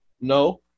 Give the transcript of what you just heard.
No